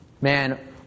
Man